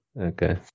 Okay